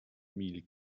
mille